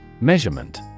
Measurement